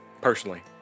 personally